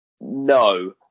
No